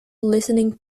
listening